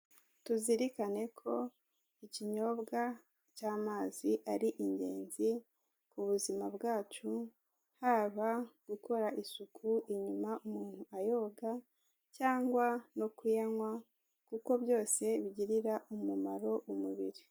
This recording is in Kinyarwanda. Tuzirikane ko ikinyobwa cy'amazi ari ingenzi ku buzima bwacu, haba gukora isuku inyuma umuntu ayoga cyangwa no kuyanywa kuko byose bigirira umumaro umubiri.